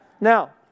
Now